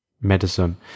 medicine